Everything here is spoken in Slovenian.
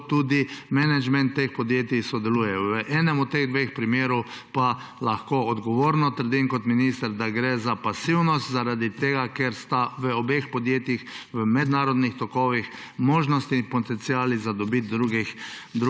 ko tudi menedžmenti teh podjetij sodelujejo. V enem od teh dveh primerov pa lahko odgovorno trdim kot minister, da gre za pasivnost, ker sta v obeh podjetjih v mednarodnih tokovih možnosti in potenciali dobiti druge